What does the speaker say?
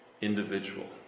individual